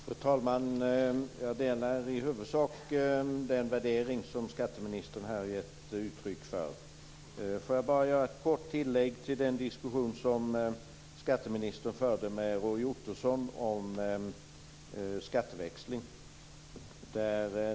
Fru talman! Jag delar i huvudsak den värdering som skatteministern har gett uttryck för. Jag vill göra ett kort tillägg till den diskussion som skatteministern förde med Roy Ottosson om skatteväxling.